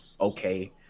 okay